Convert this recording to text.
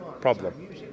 problem